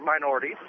minorities